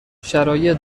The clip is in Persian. شرایط